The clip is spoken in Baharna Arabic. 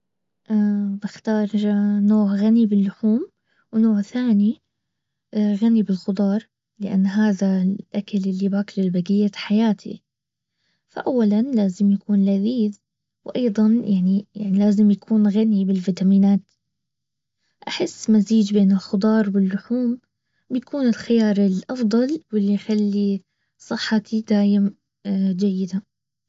بحتاج نوع غني باللحوم ونوع ثاني غني بالخضار. لان هذا الاكل اللي باكله بقية حياتي فأولا لازم يكون لذيذ. وايضا يعني يعني لازم يكون غني بالفيتامينات. احس مزيج بين الخضارواللحوم بكون الخيار الافضل واللي يخلي صحتي دايم جيدة